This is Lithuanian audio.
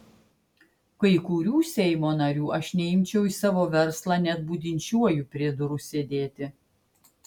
kai kurių seimo narių aš neimčiau į savo verslą net budinčiuoju prie durų sėdėti